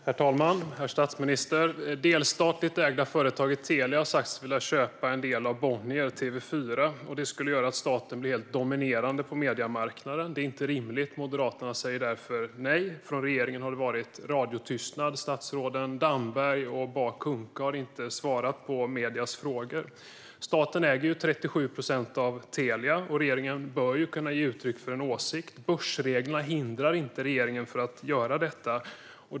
Herr talman och herr statsminister! Det delstatligt ägda företaget Telia har sagt sig vilja köpa en del av Bonnier, TV4, vilket skulle göra att staten blev helt dominerande på mediemarknaden. Detta är inte rimligt, och Moderaterna säger därför nej. Från regeringen har det varit radiotystnad. Statsråden Damberg och Bah Kuhnke har inte svarat på mediernas frågor. Staten äger ju 37 procent av Telia, och regeringen bör kunna ge uttryck för en åsikt. Börsreglerna hindrar inte regeringen från att göra detta.